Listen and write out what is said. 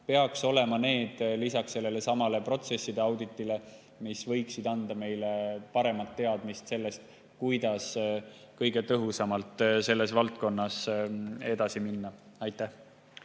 peaks lisaks sellelesamale protsesside auditile andma meile paremat teadmist selle kohta, kuidas kõige tõhusamalt selles valdkonnas edasi minna. Aitäh!